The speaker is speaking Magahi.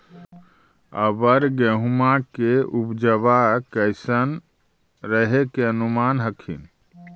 अबर गेहुमा के उपजबा कैसन रहे के अनुमान हखिन?